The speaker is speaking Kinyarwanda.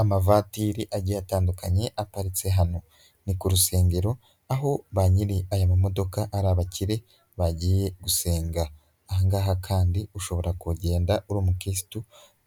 Amavatiri agiye atandukanye aparitse hano, ni ku rusengero aho ba nyiri aya ma modoka ari abakire bagiye gusenga, aha ngaha kandi ushobora kugenda uri umukirisito